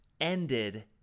ended